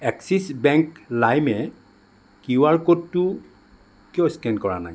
axis bank লাইমে QR ক'ডটো কিয় স্কেন কৰা নাই